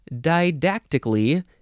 didactically